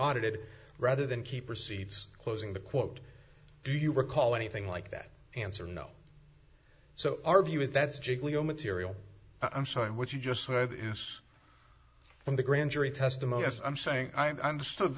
audited rather than keep receipts closing the quote do you recall anything like that answer no so our view is that's giglio material i'm sorry what you just read is from the grand jury testimony as i'm saying i understood